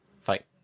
Fight